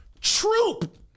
Troop